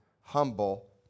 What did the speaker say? humble